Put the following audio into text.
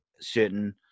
certain